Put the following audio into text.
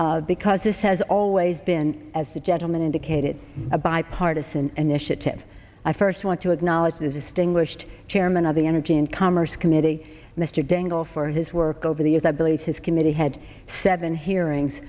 because this has always been as the gentleman indicated a bipartisan anisha ted i first want to acknowledge desisting wished chairman of the energy and commerce committee mr dingell for his work over the years i believe his committee had seven hearings